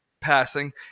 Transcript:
passing